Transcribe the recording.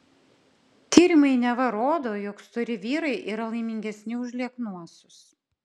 tyrimai neva rodo jog stori vyrai yra laimingesni už lieknuosius